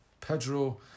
Pedro